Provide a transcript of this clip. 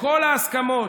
וכל ההסכמות,